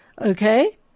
okay